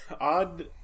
odd